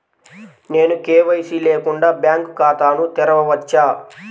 నేను కే.వై.సి లేకుండా బ్యాంక్ ఖాతాను తెరవవచ్చా?